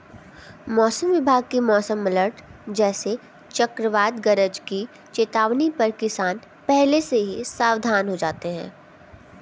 मौसम विभाग की मौसम अलर्ट जैसे चक्रवात गरज की चेतावनी पर किसान पहले से ही सावधान हो जाते हैं